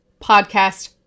podcast